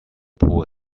poor